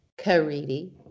Caridi